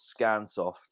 Scansoft